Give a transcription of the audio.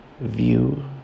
view